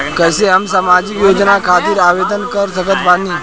कैसे हम सामाजिक योजना खातिर आवेदन कर सकत बानी?